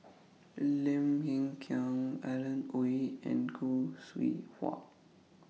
Lim Hng Kiang Alan Oei and Khoo Seow Hwa